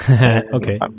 Okay